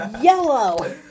Yellow